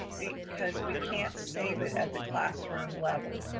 because we can't save it at the classroom level.